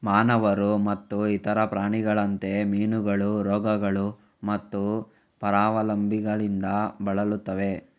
ಮಾನವರು ಮತ್ತು ಇತರ ಪ್ರಾಣಿಗಳಂತೆ, ಮೀನುಗಳು ರೋಗಗಳು ಮತ್ತು ಪರಾವಲಂಬಿಗಳಿಂದ ಬಳಲುತ್ತವೆ